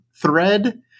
thread